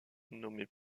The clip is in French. nommée